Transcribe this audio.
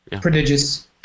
prodigious